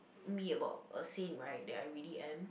me about a Saint right that I really am